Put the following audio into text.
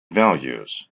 values